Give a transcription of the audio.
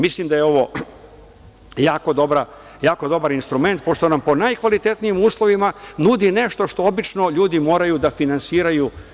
Mislim da je ovo jako dobar instrument, pošto nam po najkvalitetnijim uslovima nudi nešto što obično ljudi moraju da finansiraju.